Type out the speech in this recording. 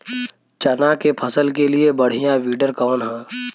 चना के फसल के लिए बढ़ियां विडर कवन ह?